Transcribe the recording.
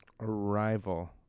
Arrival